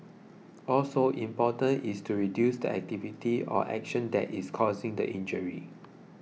also important is to reduce the activity or action that is causing the injury